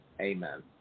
amen